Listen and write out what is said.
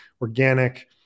organic